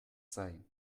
sei